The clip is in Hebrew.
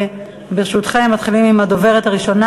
ברשותכם, אנחנו מתחילים עם הדוברת הראשונה.